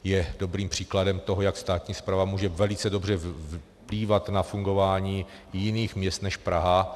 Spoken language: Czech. Je dobrým příkladem toho, jak státní správa může velice dobře přispívat k fungování jiných měst než Praha.